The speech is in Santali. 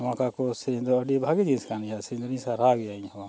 ᱱᱚᱝᱠᱟ ᱠᱚ ᱥᱮᱨᱮᱧ ᱫᱚ ᱟᱹᱰᱤ ᱵᱷᱟᱹᱜᱤ ᱡᱤᱱᱤᱥ ᱠᱟᱱ ᱜᱮᱭᱟ ᱥᱮᱨᱮᱧ ᱫᱚᱞᱤᱧ ᱥᱟᱨᱦᱟᱣ ᱜᱮᱭᱟ ᱤᱧᱦᱚᱸ